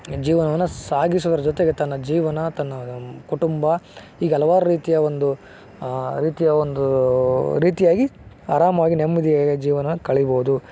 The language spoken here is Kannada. ಜೀವನವನ್ನು ಸಾಗಿಸೋದರ ಜೊತೆಗೆ ತನ್ನ ಜೀವನ ತನ್ನ ಕುಟುಂಬ ಹೀಗೆ ಹಲವಾರ್ ರೀತಿಯ ಒಂದು ರೀತಿಯ ಒಂದು ರೀತಿಯಾಗಿ ಆರಾಮಾಗಿ ನೆಮ್ಮದಿಯ ಜೀವನವನ್ನು ಕಳಿಬೋದು